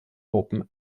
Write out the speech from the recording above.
open